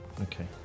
okay